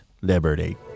liberty